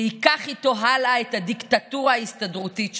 וייקח איתו הלאה את הדיקטטורה ההסתדרותית שלו.